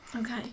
Okay